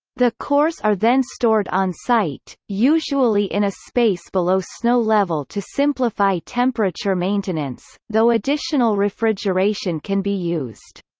the cores are then stored on site, usually in a space below snow level to simplify temperature maintenance, though additional refrigeration can be used.